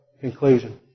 conclusion